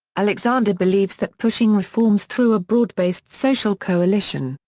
alexander believes that pushing reforms through a broad-based social coalition,